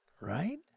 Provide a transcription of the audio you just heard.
right